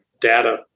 data